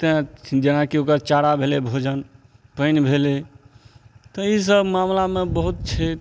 तै जेनाकि ओकर चारा भेलय भोजन पानि भेलय तऽ ई सब मामिलामे बहुत छै